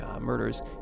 murders